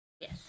Yes